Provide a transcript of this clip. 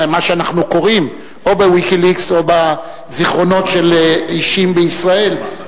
ממה שאנחנו קוראים ב"ויקיליקס" או בזיכרונות של אישים בישראל,